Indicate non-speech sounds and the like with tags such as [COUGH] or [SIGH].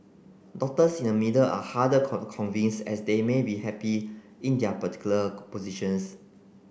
doctors in the middle are harder [UNINTELLIGIBLE] convince as they may be happy in their particular positions